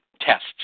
tests